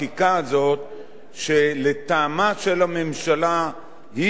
שלטעמה של הממשלה היא הרחיקה לכת,